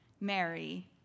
Mary